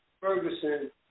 Ferguson